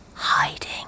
hiding